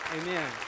Amen